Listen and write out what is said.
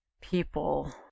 people